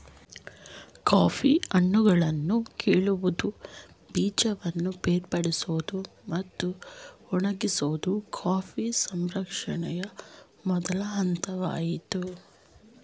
coffee ಹಣ್ಣುಗಳನ್ನು ಕೀಳುವುದು ಬೀಜವನ್ನು ಬೇರ್ಪಡಿಸೋದು ಮತ್ತು ಒಣಗಿಸೋದು ಕಾಫಿ ಸಂಸ್ಕರಣೆಯ ಮೊದಲ ಹಂತವಾಗಯ್ತೆ